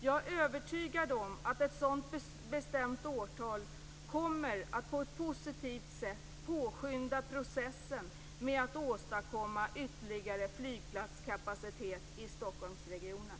Jag är övertygad om att ett sådant bestämt årtal kommer att på ett positivt sätt påskynda processen med att åstadkomma ytterligare flygplatskapacitet i Stockholmsregionen.